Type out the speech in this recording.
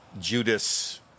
Judas